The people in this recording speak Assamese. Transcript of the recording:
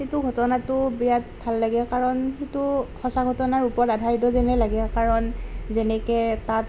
সেইটো ঘটনাটো বিৰাট ভাল লাগে কাৰণ সেইটো সঁচা ঘটনাৰ ওপৰত আধাৰিত যেনেই লাগে কাৰণ যেনেকৈ তাত